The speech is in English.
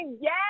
yes